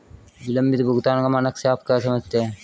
विलंबित भुगतान का मानक से आप क्या समझते हैं?